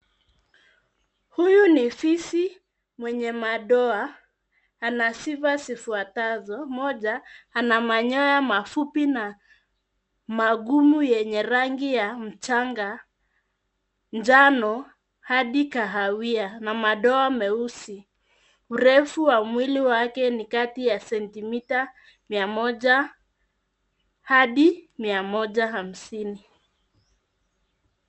Huyu ni fisi mwenye madoa. Ana sifa zifuatazo, moja, ana manyoya mafupi na magumu yenye rangi ya mchanga, njano, hadi kahawia na madoa meusi. Urefu wa mwili wake ni kati ya sentimita, mia moja had mia moja hamsini.